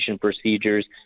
procedures